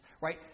right